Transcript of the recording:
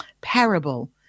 parable